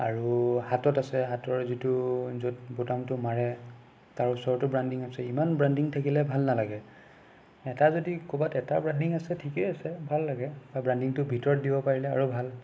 আৰু হাতত আছে হাতৰ যিটো য'ত বুটামটো মাৰে তাৰ ওচৰতো ব্ৰাণ্ডিং আছে ইমান ব্ৰাণ্ডিং থাকিলে ভাল নালাগে এটা যদি ক'ৰবাত এটা ব্ৰাণ্ডিং আছে ঠিকেই আছে ভাল লাগে বা ব্ৰাণ্ডিংটো ভিতৰত দিব পাৰিলে আৰু ভাল